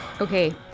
Okay